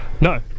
No